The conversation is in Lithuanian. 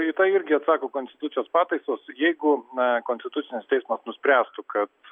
į tai irgi atsako konstitucijos pataisos jeigu konstitucinis teismas nuspręstų kad